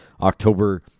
October